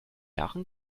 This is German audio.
jahren